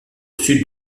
sud